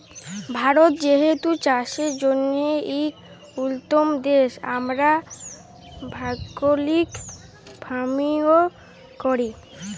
ভারত যেহেতু চাষের জ্যনহে ইক উল্যতম দ্যাশ, আমরা অর্গ্যালিক ফার্মিংও ক্যরি